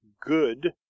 good